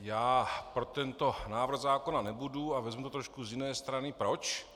Já pro tento návrh zákona nebudu a vezmu to trošku z jiné strany proč.